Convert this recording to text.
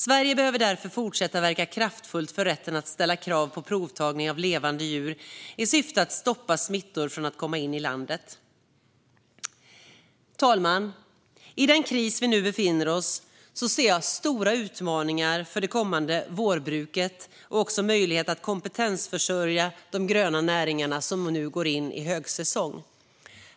Sverige behöver därför fortsätta att verka kraftfullt för rätten att ställa krav på provtagning av levande djur i syfte att stoppa smittor från att komma in i landet. Fru talman! I den kris som vi nu befinner oss ser jag stora utmaningar för det kommande vårbruket och möjligheter att kompetensförsörja de gröna näringarna som nu går in i högsäsong.